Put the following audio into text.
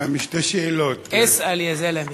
לזכויות הילד,